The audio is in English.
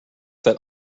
that